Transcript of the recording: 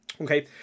Okay